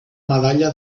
medalla